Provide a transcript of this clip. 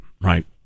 right